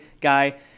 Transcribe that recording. guy